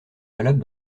valable